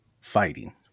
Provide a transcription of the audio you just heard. fighting